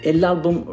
l'album